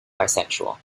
bisexual